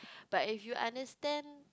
but if you understand